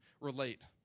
relate